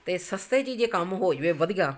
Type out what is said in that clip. ਅਤੇ ਸਸਤੇ 'ਚ ਹੀ ਜੇ ਕੰਮ ਹੋ ਜਾਵੇ ਵਧੀਆ